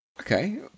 Okay